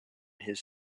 his